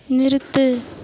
நிறுத்து